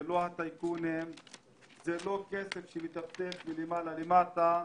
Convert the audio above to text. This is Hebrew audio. זה לא הטייקונים וזה לא כסף שמטפטף מלמעלה למטה,